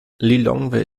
lilongwe